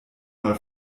mal